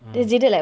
mm